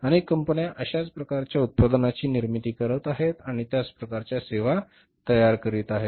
अनेक कंपन्या अशाच प्रकारच्या उत्पादनांची निर्मिती करीत आहेत आणि त्याच प्रकारच्या सेवा तयार करीत आहेत